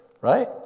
right